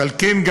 ועל כן,